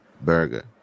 burger